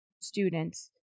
students